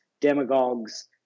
demagogues